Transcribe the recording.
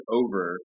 over